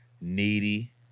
needy